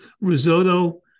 risotto